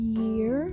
year